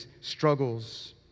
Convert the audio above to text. struggles